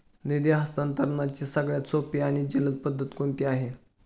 निधी हस्तांतरणाची सगळ्यात सोपी आणि जलद पद्धत कोणती आहे?